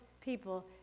people